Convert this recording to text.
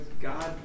God